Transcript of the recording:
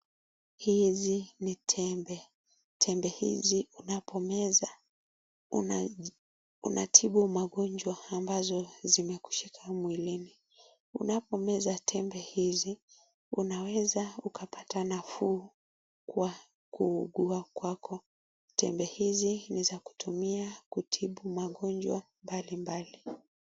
Hizi ni tembe, tembe hizi unapomeza unatibu magonjwa ambazo zimekushika mwilini. Unapomeza tembe hizi unaweza ukapata nafuu kwa kuugua kwako. Tembe hizi ni za kutumia kutibu magonjwa mbalimbali.